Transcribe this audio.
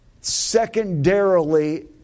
secondarily